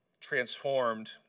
transformed